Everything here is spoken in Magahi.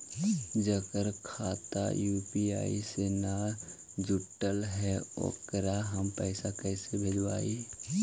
जेकर खाता यु.पी.आई से न जुटल हइ ओकरा हम पैसा कैसे भेजबइ?